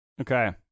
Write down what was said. Okay